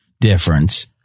difference